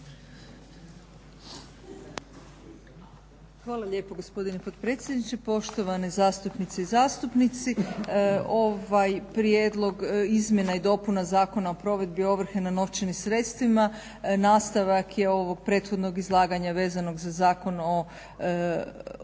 Hvala lijepo gospodine potpredsjedniče, poštovane zastupnice i zastupnici. Ovaj prijedlog izmjena i dopuna Zakona o provedbi ovrhe na novčanim sredstvima nastavak je ovog prethodnog izlaganja vezanog za Ovršni